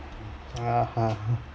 ah ha